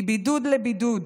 מבידוד לבידוד.